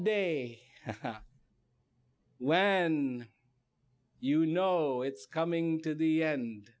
day when you know it's coming to the end